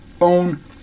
own